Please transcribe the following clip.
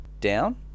down